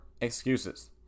excuses